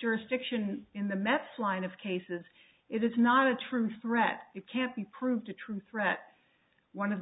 jurisdiction in the mets line of cases it is not a true threat it can't be proved a true threat one of